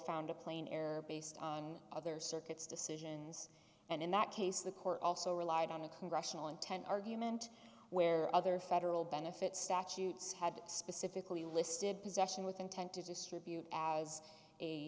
found a plain air based on other circuits decisions and in that case the court also relied on a congressional intent argument where other federal benefits statutes had specifically listed possession with intent to distribute as a